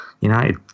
United